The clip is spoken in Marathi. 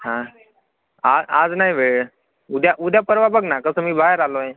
हा आ आज नाही वेळ उद्या उद्या परवा बघ ना कसं मी बाहेर आलो आहे